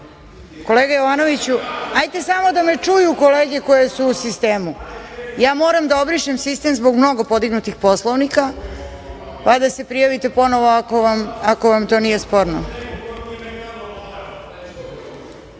Jovanoviću, hajte samo da me čuju kolege koje su u sistemu. Ja moram da obrišem sistem zbog mnogo podignutih Poslovnika, pa da se prijavite ponovo ako vam to nije sporno. Sada